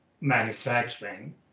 manufacturing